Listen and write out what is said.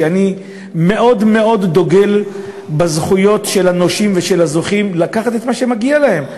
אני מאוד מאוד דוגל בזכויות של הנושים ושל הזוכים לקחת את מה שמגיע להם.